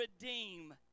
redeem